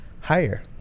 higher